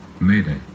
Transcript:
Mayday